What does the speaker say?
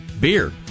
beer